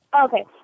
Okay